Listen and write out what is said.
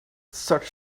such